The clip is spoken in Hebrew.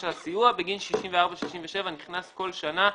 הסיוע בגין 64 ו-67 נכנס כל שנה.